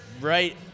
right